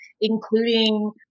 including